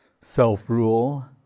self-rule